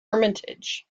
hermitage